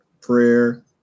prayer